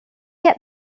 get